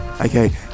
Okay